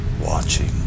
watching